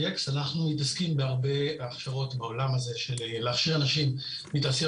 אנחנו מתעסקים בהרבה הכשרות בעולם הזה של להכשיר אנשים מתעשיות